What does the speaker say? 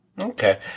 okay